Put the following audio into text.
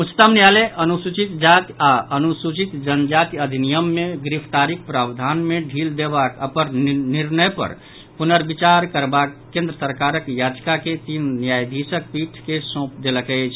उच्चतम न्यायालय अनुसूचित जाति आओर अनुसूचित जनजाति अधिनियम मे गिरफ्तारीक प्रावधान मे ढील देबाक अपन निर्णय पर पुनर्विचार करबाक केन्द्र सरकारक याचिका के तीन न्यायाधीशक पीठ के सौंप देलक अछि